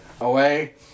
away